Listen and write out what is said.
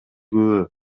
күбө